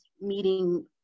meeting